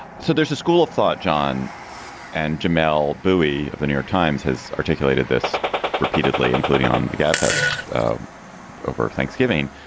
so there's a school of thought. john and jamelle bouie of the new york times has articulated this repeatedly, including on the gabfests over thanksgiving,